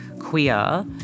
queer